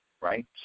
right